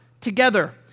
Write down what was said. together